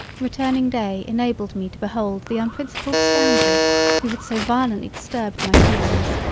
returning day enabled me to behold the unprincipled scoundrel who had so violently disturbed my feelings.